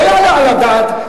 לא יעלה על הדעת.